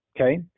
okay